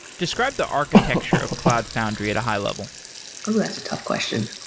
describe the architecture of cloud foundry at a high-level ooh! that's a tough question.